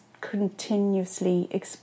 continuously